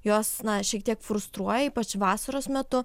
jos na šiek tiek frustruoja ypač vasaros metu